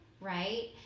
right